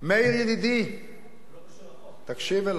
מאיר ידידי, זה לא קשור לחוק, תקשיב אלי,